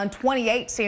28